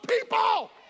people